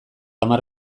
hamar